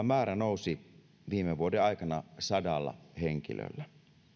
määrä nousi viime vuoden aikana sadalla henkilöllä